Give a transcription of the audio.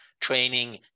training